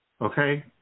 Okay